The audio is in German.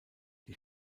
die